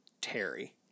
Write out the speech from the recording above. Terry